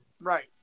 Right